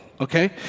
Okay